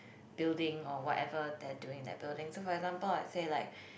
building or whatever they're doing in the building so for example let's say like